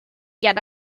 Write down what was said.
get